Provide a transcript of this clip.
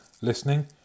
listening